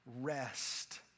rest